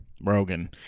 Rogan